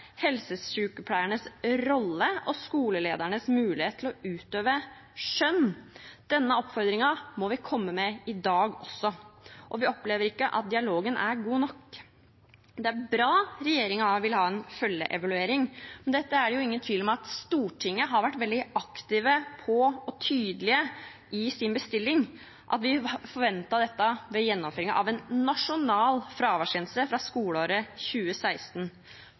rolle og skoleledernes mulighet til å utøve skjønn. Denne oppfordringen må vi komme med i dag også, og vi opplever ikke at dialogen er god nok. Det er bra at regjeringen vil ha en følgeevaluering, men dette er det jo ingen tvil om at Stortinget har vært veldig aktive og tydelige i sin bestilling av, og at vi har forventet dette ved gjennomføringen av en nasjonal fraværsgrense fra skoleåret